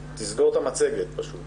ננסה לשמוע את ורד ששון.